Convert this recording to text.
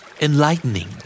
enlightening